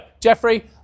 Jeffrey